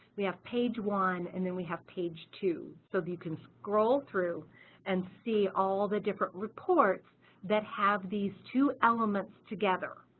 we have page one and then we have page two so you can scroll through and see all the different reports that have these two elements together.